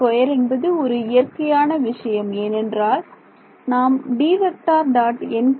square என்பது ஒரு இயற்கையான விஷயம் ஏனென்றால் நாம் D